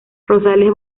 rosales